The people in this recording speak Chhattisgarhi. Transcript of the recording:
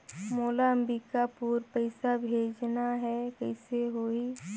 मोला अम्बिकापुर पइसा भेजना है, कइसे होही?